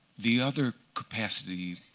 the other capacity